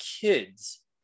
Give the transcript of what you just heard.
kids